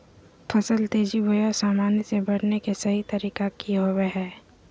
फसल तेजी बोया सामान्य से बढने के सहि तरीका कि होवय हैय?